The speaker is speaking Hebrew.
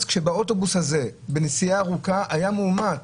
כשבאוטובוס הזה בנסיעה ארוכה היה מאומת.